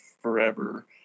forever